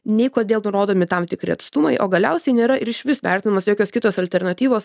nei kodėl nurodomi tam tikri atstumai o galiausiai nėra ir išvis vertinamos jokios kitos alternatyvos